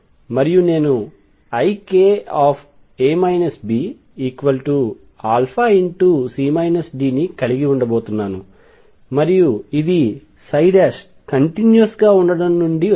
మరియు నేను ikA Bα ని కలిగి ఉండబోతున్నాను మరియు ఇది కంటిన్యూవస్ గా ఉండటం నుండి వచ్చింది